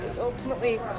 ultimately